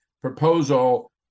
proposal